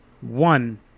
one